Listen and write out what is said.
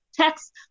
text